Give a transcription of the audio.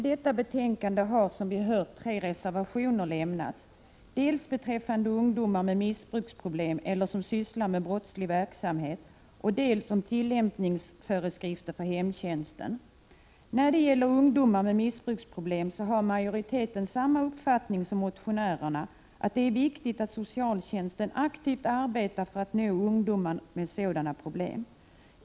Herr talman! Som vi hört har tre reservationer lämnats till detta betänkande. Reservationerna gäller dels ungdomar som har missbruksproblem, dels ungdomar som sysslar med brottslig verksamhet, dels också tillämpningsföreskrifter för hemtjänsten. När det gäller ungdomar med missbruksproblem har majoriteten samma uppfattning som motionärerna, nämligen att det är viktigt att socialtjänsten aktivt arbetar för att nå ungdomar med sådana problem.